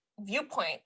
viewpoint